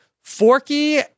Forky